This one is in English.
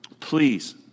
Please